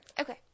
Okay